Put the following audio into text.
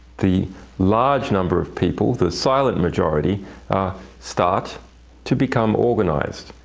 the large number of people the silent majority start to become organized.